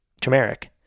turmeric